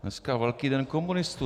Dneska je velký den komunistů.